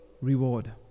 reward